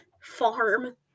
Farm